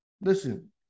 listen